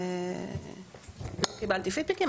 לא קיבלתי פידבקים.